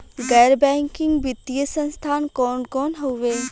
गैर बैकिंग वित्तीय संस्थान कौन कौन हउवे?